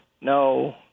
no